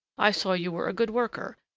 i saw you were a good worker,